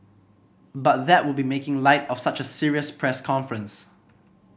but that would be making light of such a serious press conference